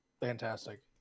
fantastic